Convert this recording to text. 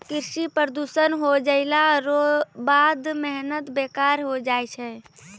कृषि प्रदूषण हो जैला रो बाद मेहनत बेकार होय जाय छै